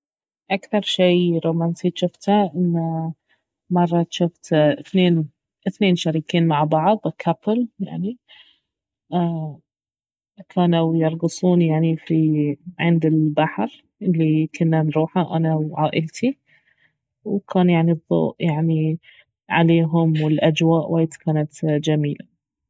اكثر شي رومانسي جفته انه مرة جفت اثنين اثنين شريكين مع بعض كوبل يعني كانوا يرقصون يعني في عند البحر الي كنا نروحه انا وعائلتي وكان يعني الضوء يعني عليهم والأجواء وايد كانت جميلة